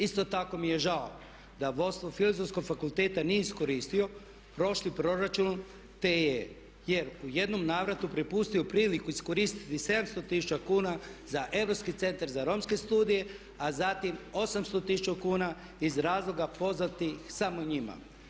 Isto tako mi je žao da vodstvo Filozofskog fakulteta nije iskoristio prošli proračun, jer u jednom navratu propustio priliku iskoristiti 700 tisuća kuna za Europski centar za romske studije, a zatim 800 tisuća kuna iz razloga poznatih samo njima.